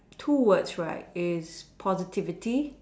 two words right is positivity